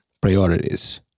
priorities